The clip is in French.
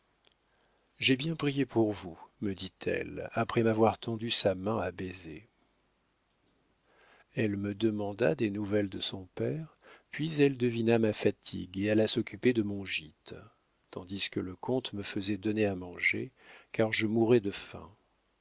j'ai bien prié pour vous me dit-elle après m'avoir tendu sa main à baiser elle me demanda des nouvelles de son père puis elle devina ma fatigue et alla s'occuper de mon gîte tandis que le comte me faisait donner à manger car je mourais de faim